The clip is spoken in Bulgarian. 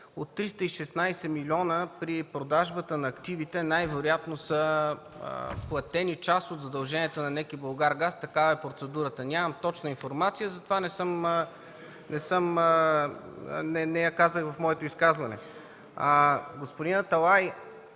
от 316 милиона при продажбата на активите най-вероятно са платени част от задълженията на НЕК и „Булгаргаз” – такава е процедурата, нямам точна информация и затова не я казах в моето изказване.